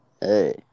hey